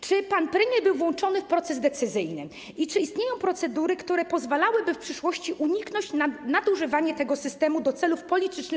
Czy pan premier był włączony w proces decyzyjny i czy istnieją procedury, które pozwalałyby w przyszłości uniknąć nadużywania tego systemu do celów politycznych?